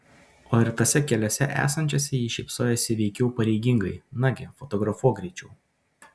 o ir tose keliose esančiose ji šypsojosi veikiau pareigingai nagi fotografuok greičiau